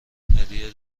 هدیه